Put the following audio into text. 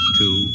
two